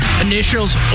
initials